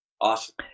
Awesome